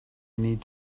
need